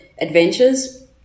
adventures